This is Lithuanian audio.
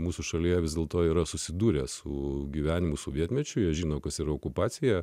mūsų šalyje vis dėlto yra susidūrę su gyvenimu sovietmečiu jie žino kas yra okupacija